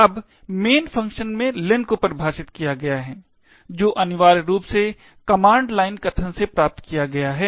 अब main function में len को परिभाषित किया गया है जो अनिवार्य रूप से कमांड लाइन कथन से प्राप्त किया गया है